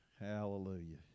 Hallelujah